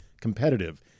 competitive